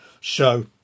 show